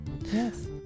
Yes